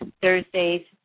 Thursdays